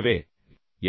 எனவே